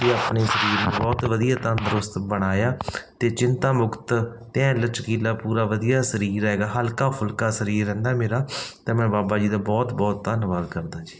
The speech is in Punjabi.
ਅਤੇ ਆਪਣੇ ਸਰੀਰ ਨੂੰ ਬਹੁਤ ਵਧੀਆ ਤੰਦਰੁਸਤ ਬਣਾਇਆ ਅਤੇ ਚਿੰਤਾ ਮੁਕਤ ਅਤੇ ਐਨ ਲਚਕੀਲਾ ਪੂਰਾ ਵਧੀਆ ਸਰੀਰ ਹੈਗਾ ਹਲਕਾ ਫੁਲਕਾ ਸਰੀਰ ਰਹਿੰਦਾ ਮੇਰਾ ਅਤੇ ਮੈਂ ਬਾਬਾ ਜੀ ਦਾ ਬਹੁਤ ਬਹੁਤ ਧੰਨਵਾਦ ਕਰਦਾ ਜੀ